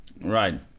right